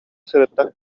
сырытта